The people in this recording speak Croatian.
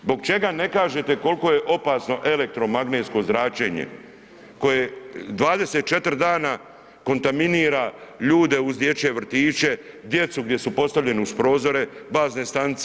Zbog čega ne kažete koliko je opasno elektromagnetsko zračenje koje 24 dana kontaminira ljude uz dječje vrtiće, djecu gdje su postavljeni uz prozore bazne stanice.